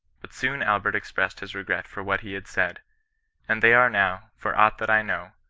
but soon albert expressed his regret for what he had said and they are now, for aught that i know,